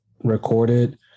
recorded